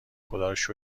خداروشکر